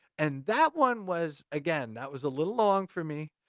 and that one was, again, that was a little long for me,